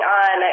on